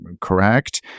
correct